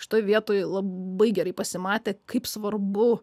šitoje vietoj labai gerai pasimatė kaip svarbu